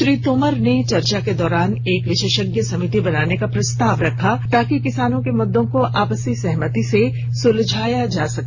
श्री तोमर ने चर्चा के दौरान एक विशेषज्ञ समिति बनाने का प्रस्ताव रखा ताकि किसानों के मुद्दों को आपसी सहमति से सुलझाया जा सके